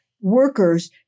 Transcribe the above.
workers